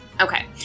Okay